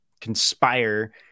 conspire